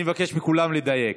אני מבקש מכולם לדייק.